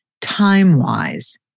time-wise